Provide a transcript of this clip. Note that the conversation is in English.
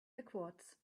backwards